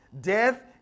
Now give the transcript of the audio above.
death